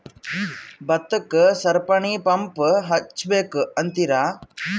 ಭತ್ತಕ್ಕ ಸರಪಣಿ ಪಂಪ್ ಹಚ್ಚಬೇಕ್ ಅಂತಿರಾ?